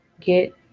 get